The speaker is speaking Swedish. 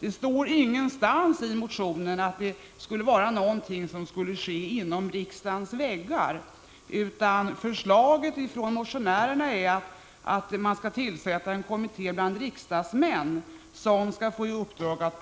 Det står ingenstans i motionen att manifestationen skulle ske inom riksdagens väggar, utan förslaget från motionärerna är att det bland riksdagsmän skall tillsättas en kommitté som skall få i uppdrag att